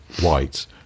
white